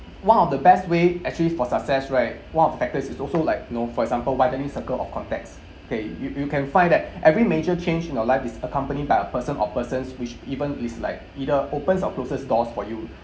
one of the best way actually for success right one of factors is also like you know for example widening circle of contacts okay you you can find that every major change in your life is accompanied by a person or persons which even is like either opens or closes doors for you